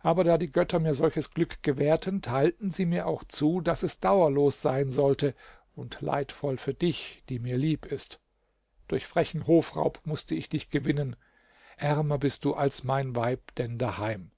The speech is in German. aber da die götter mir solches glück gewährten teilten sie mir auch zu daß es dauerlos sein sollte und leidvoll für dich die mir lieb ist durch frechen hofraub mußte ich dich gewinnen ärmer bist du als mein weib denn daheim